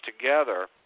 together